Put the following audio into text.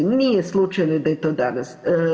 Nije slučajno da je to danas.